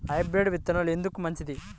Hybrid విత్తనాలు ఎందుకు మంచిది?